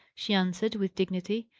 she answered, with dignity.